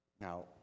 Now